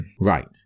Right